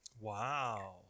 Wow